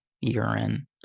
urine